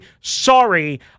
Sorry